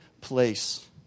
place